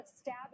stabbing